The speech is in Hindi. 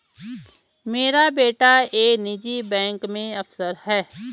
मेरा बेटा एक निजी बैंक में अफसर है